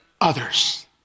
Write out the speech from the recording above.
others